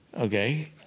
Okay